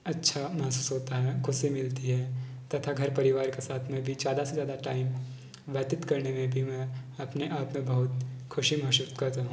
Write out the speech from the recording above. अच्छा महसूस होता है खुशी मिलती है तथा घर परिवार के साथ में भी ज़्यादा से ज़्यादा टाइम व्यतीत करने में भी मैं अपने आप में बहुत खुशी महसूस करता हूँ